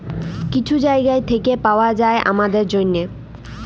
কিছু জায়গা থ্যাইকে পাউয়া যায় আমাদের জ্যনহে